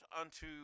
unto